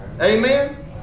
Amen